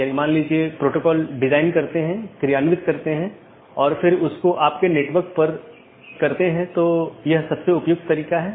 और यदि हम AS प्रकारों को देखते हैं तो BGP मुख्य रूप से ऑटॉनमस सिस्टमों के 3 प्रकारों को परिभाषित करता है